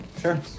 sure